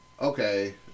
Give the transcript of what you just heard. okay